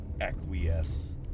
acquiesce